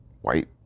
white